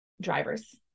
drivers